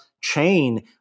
chain